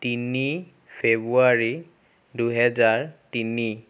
তিনি ফেব্ৰুৱাৰী দুহেজাৰ তিনি